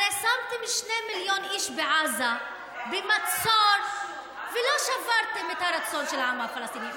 הרי שמתם 2 מיליון איש בעזה במצור ולא שברתם את הרצון של העם הפלסטיני.